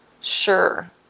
sure